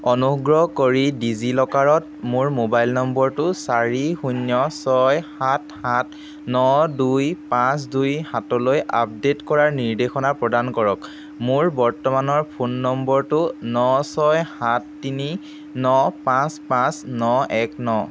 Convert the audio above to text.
অনুগ্ৰহ কৰি ডিজিলকাৰত মোৰ মোবাইল নম্বৰটো চাৰি শূন্য ছয় সাত সাত ন দুই পাঁচ দুই সাত লৈ আপডেট কৰাৰ নিৰ্দেশনা প্ৰদান কৰক মোৰ বৰ্তমানৰ ফোন নম্বৰটো ন ছয় সাত তিনি ন পাঁচ পাঁচ ন এক ন